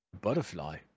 Butterfly